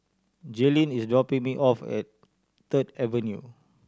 Jaelynn is dropping me off at Third Avenue